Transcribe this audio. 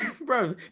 Bro